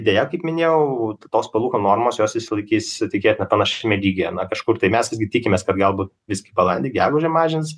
deja kaip minėjau tos palūkanų normos jos išsilaikys tikėtina panašiame lygyje na kažkur tai mes visgi tikimės kad galbūt visgi balandį gegužę mažins